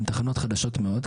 שהן תחנות חדשות מאוד,